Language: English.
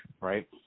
right